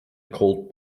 cold